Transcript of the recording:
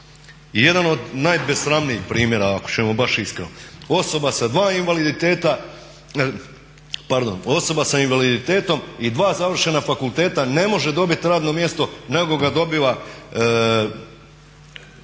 i jedan od najbesramnijih primjera ako ćemo baš iskreno. Osoba sa dva invaliditeta, pardon osoba sa invaliditetom i dva završena fakulteta ne može dobiti radno mjesto nego ga dobiva